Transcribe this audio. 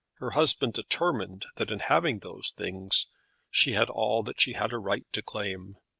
her husband determined that in having those things she had all that she had a right to claim.